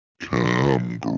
Cam